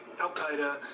Al-Qaeda